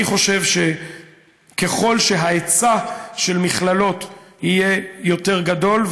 אני חושב שככל שההיצע של מכללות יהיה יותר גדול,